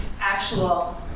actual